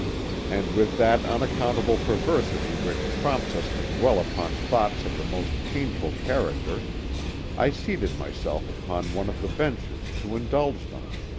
and with that unaccountable perversity which prompts us to dwell upon thoughts of the most painful character i seated myself upon one of the benches to indulge them.